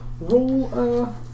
roll